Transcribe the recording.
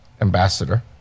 ambassador